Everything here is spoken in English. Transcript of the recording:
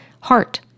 heart